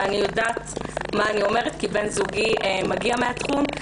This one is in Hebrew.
ואני יודעת מה אני אומרת כי בן זוגי מגיע מן התחום.